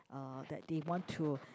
uh that they want to